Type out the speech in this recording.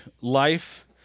life